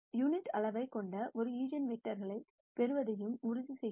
unit அளவைக் கொண்ட ஒரு ஈஜென்வெக்டரைப் பெறுவதையும் உறுதிசெய்கிறோம்